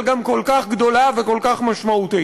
אבל גם כל כך גדולה וכל כך משמעותית.